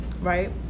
right